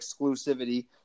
exclusivity